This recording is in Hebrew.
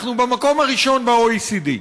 אנחנו במקום הראשון ב-OECD.